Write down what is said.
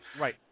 Right